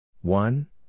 One